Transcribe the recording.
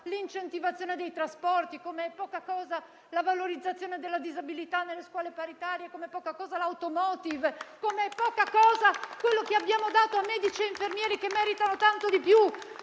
l'incentivazione dei trasporti; come è poca cosa la valorizzazione della disabilità nelle scuole paritarie; come è poca cosa l'*automotive*; come è poca cosa quanto abbiamo dato a medici e infermieri, che meritano tanto di più;